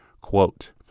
Quote